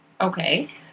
Okay